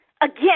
again